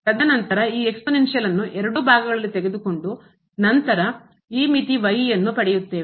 ತದನಂತರ ಈ exponential ನ್ನು ಘಾತೀಯ ಎರಡೂ ಭಾಗಗಳಲ್ಲಿ ತೆಗೆದುಕೊಂಡು ನಾವು ಈ ಮಿತಿ y ಯನ್ನುಪಡೆಯುತ್ತೇವೆ